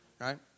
right